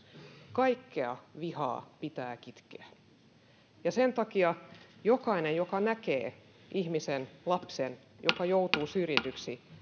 kaikkea vihaa pitää kitkeä sen takia jokaisella meistä joka näkee ihmisen lapsen joka joutuu syrjityksi